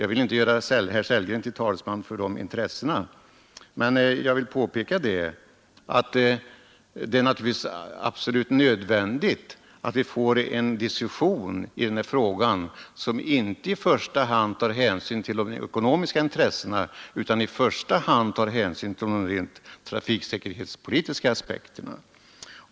Jag vill inte göra herr Sellgren till talesman för dessa intressen, men jag vill påpeka att det naturligtvis är nödvändigt att vi får en diskussion i denna fråga som inte i första hand tar hänsyn till de ekonomiska intressena. Den bör i första hand ta hänsyn till de rent trafiksäkerhetspolitiska aspekterna.